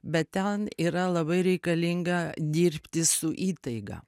bet ten yra labai reikalinga dirbti su įtaiga